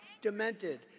demented